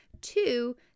Two